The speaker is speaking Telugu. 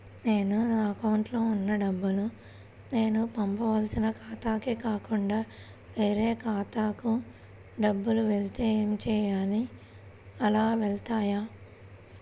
నేను నా అకౌంట్లో వున్న డబ్బులు నేను పంపవలసిన ఖాతాకి కాకుండా వేరే ఖాతాకు డబ్బులు వెళ్తే ఏంచేయాలి? అలా వెళ్తాయా?